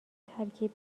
ترکیب